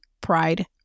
Pride